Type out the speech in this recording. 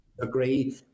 agree